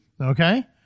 okay